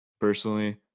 Personally